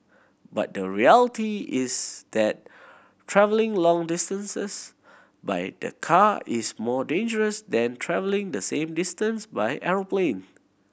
but the reality is that travelling long distances by the car is more dangerous than travelling the same distance by aeroplane